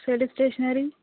sale stationery